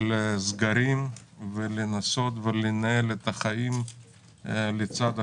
לסגרים ולנסות לנהל את החיים לצד הקורונה.